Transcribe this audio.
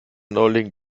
neuling